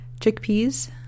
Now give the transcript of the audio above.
chickpeas